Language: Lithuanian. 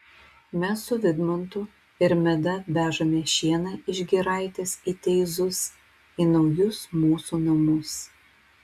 mes su vidmantu ir meda vežame šieną iš giraitės į teizus į naujus mūsų namus